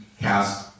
cast